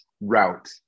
route